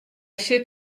sit